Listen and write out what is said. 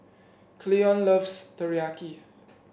Cleon loves Teriyaki